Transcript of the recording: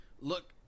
look